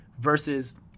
versus